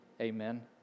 amen